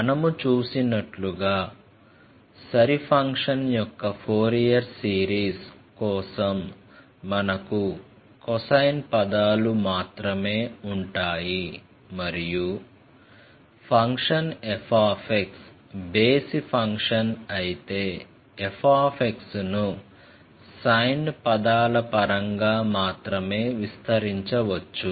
మనము చూసినట్లుగా సరి ఫంక్షన్ యొక్క ఫోరియర్ సిరీస్ కోసం మనకు కొసైన్ పదాలు మాత్రమే ఉంటాయి మరియు ఫంక్షన్ f బేసి ఫంక్షన్ అయితే f ను సైన్ పదాల పరంగా మాత్రమే విస్తరించవచ్చు